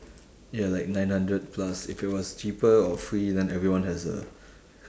ya like nine hundred plus if it was cheaper or free then everyone has a